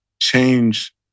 change